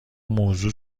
موضوع